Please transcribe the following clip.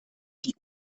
die